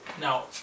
now